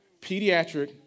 Pediatric